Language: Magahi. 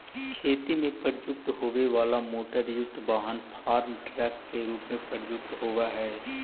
खेत में प्रयुक्त होवे वाला मोटरयुक्त वाहन फार्म ट्रक के रूप में प्रयुक्त होवऽ हई